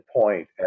point